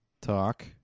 talk